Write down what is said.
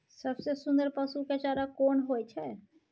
सबसे सुन्दर पसु के चारा कोन होय छै?